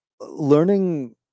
learning